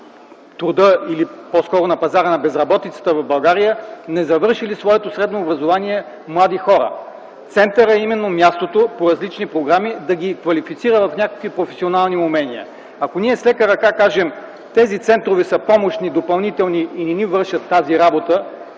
труда или по-скоро на пазара на безработицата в България незавършили своето средно образование млади хора. Центърът е именно мястото по различни програми да ги квалифицира в някакви професионални умения. Ако с лека ръка кажем, че тези центрове са помощни, допълнителни и не ни вършат тази работа,